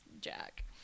Jack